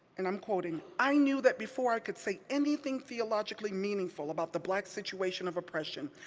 and i'm quoting, i knew that before i could say anything theologically meaningful about the black situation of oppression,